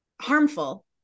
harmful